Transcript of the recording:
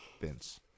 Vince